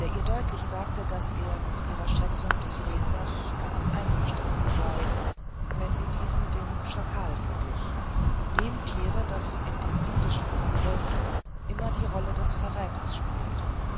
der ihr deutlich sagte daß er mit ihrer schätzung des redners ganz einverstanden sei wenn sie diesen dem schakal verglich dem tiere das in den indischen fabeln immer die rolle des verräters spielt